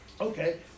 Okay